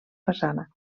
façana